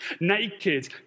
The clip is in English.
Naked